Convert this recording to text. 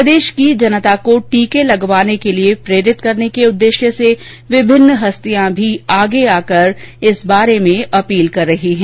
प्रदेश की जनता को टीके लगवाने के लिए प्रेरित करने के उद्देश्य से विभिन्न हस्तियां भी आगे आकर इस बारे में अपील कर रही है